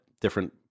different